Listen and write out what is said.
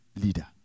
leader